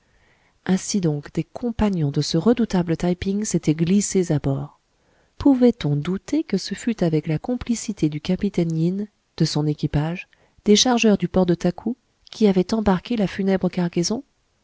ainsi donc des compagnons de ce redoutable taï ping s'étaient glissés à bord pouvait-on douter que ce fût avec la complicité du capitaine yin de son équipage des chargeurs du port de takou qui avaient embarqué la funèbre cargaison